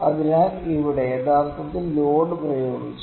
അതിനാൽ ഇവിടെ യഥാർത്ഥത്തിൽ ലോഡ് പ്രയോഗിച്ചു